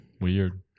weird